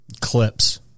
clips